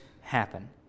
happen